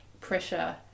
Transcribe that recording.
pressure